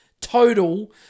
total